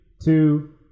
two